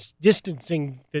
distancing